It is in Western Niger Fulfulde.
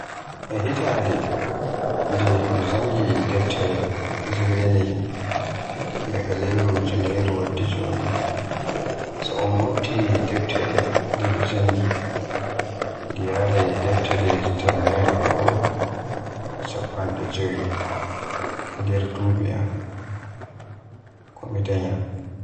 E hitande nde mi janngi deftere jewenay daga lewru junairu waddi joni. So un mobti deftere de mi janngi di yaaray deftereji temmere goo e chappande jowi, e nder dubi am, kon mi danya.